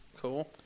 Cool